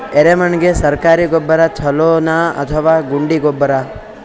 ಎರೆಮಣ್ ಗೆ ಸರ್ಕಾರಿ ಗೊಬ್ಬರ ಛೂಲೊ ನಾ ಅಥವಾ ಗುಂಡಿ ಗೊಬ್ಬರ?